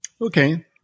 Okay